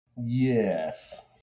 Yes